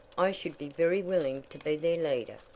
i should be very willing to be their leader,